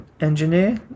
engineer